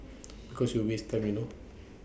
because you waste time you know